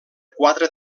quatre